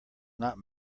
not